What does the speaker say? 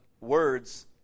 words